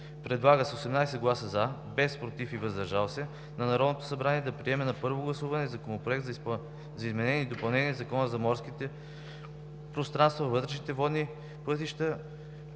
предлага, с 18 гласа „за”, без „против” и ”въздържали се”, на Народното събрание да приеме на първо гласуване Законопроект за изменение и допълнение на Закона за морските пространства, вътрешните водни пътища